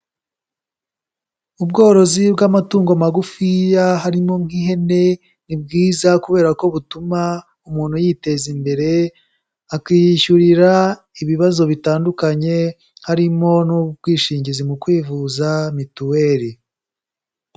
Ubworozi bw'amatungo magufiya harimo nk'ihene, ni bwiza kubera ko butuma umuntu yiteza imbere akiyishyurira ibibazo bitandukanye, harimo n'ubwishingizi mu kwivuza mituweli.